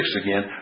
again